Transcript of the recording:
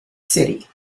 city